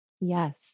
Yes